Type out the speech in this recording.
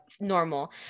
normal